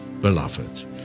beloved